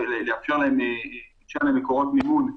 ולאפשר להם מקורות מימון.